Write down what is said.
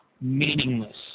meaningless